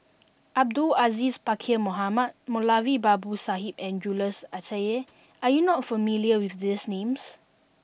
Abdul Aziz Pakkeer Mohamed Moulavi Babu Sahib and Jules Itier are you not familiar with these names